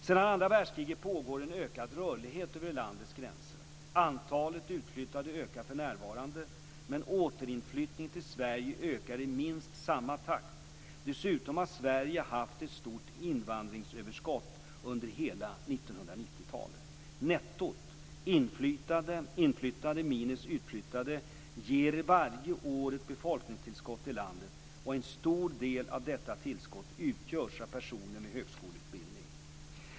Sedan andra världskriget pågår en ökad rörlighet över landets gränser. Antalet utflyttade ökar för närvarande, men återinflyttningen till Sverige ökar i minst samma takt. Dessutom har Sverige haft ett stort invandringsöverskott under hela 1990-talet. Nettot - inflyttade minus utflyttade - ger varje år ett befolkningstillskott i landet, och en stor del av detta tillskott utgörs av personer med högskoleutbildning.